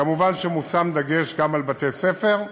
כמובן שמושם דגש גם על בתי-ספר.